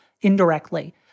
indirectly